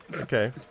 Okay